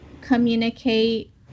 communicate